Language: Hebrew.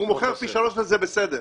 הוא מוכר פי שלושה וזה בסדר.